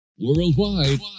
Worldwide